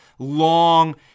long